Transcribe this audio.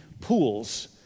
pools